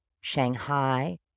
Shanghai